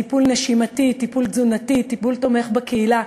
טיפול נשימתי, טיפול תזונתי, טיפול תומך בקהילה.